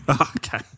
Okay